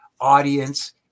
audience